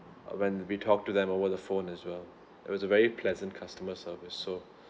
when we talked to them over the phone as well it was a very pleasant customer service so